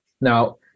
Now